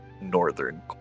northern